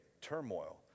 turmoil